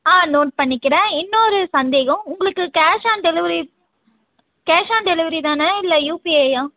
ஆ note பண்ணிக்கிறேன் இன்னோரு சந்தேகம் உங்களுக்கு cash on delivery cash on delivery தானே இல்லை யுபிஐயா